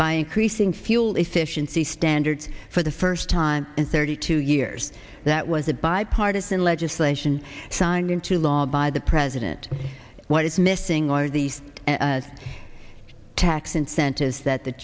by increasing fuel efficiency standards for the first time in thirty two years that was a bipartisan legislation signed into law by the president what is missing are the tax incentives that the